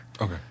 Okay